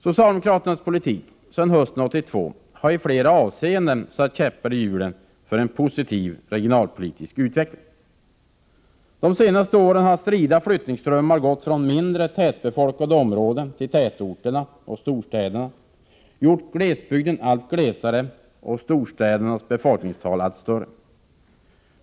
Socialdemokraternas politik sedan hösten 1982 har i flera avseenden satt käppar i hjulen för en positiv regionalpolitisk utveckling. De senaste åren har strida flyttningsströmmar gått från mindre tätbefolkade områden till tätorterna och storstäderna, gjort glesbygden allt glesare och storstädernas befolkningstal allt större.